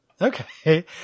Okay